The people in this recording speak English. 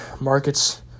Markets